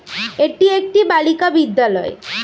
এটি একটি বালিকা বিদ্যালয়